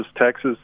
Texas